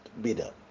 bidder